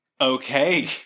Okay